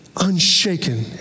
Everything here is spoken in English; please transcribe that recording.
unshaken